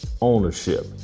Ownership